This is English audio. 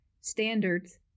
standards